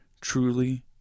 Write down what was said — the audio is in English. truly